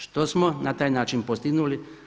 Što smo na taj način postignuli?